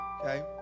okay